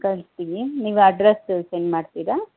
ಕಳಿಸ್ತೀವಿ ನೀವು address send ಮಾಡ್ತೀರಾ